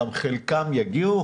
גם חלקם יגיעו,